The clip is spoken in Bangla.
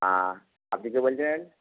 হ্যাঁ আপনি কে বলছেন